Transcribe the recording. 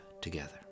together